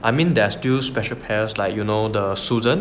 I mean there's two special pairs like you know the sudan